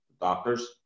doctors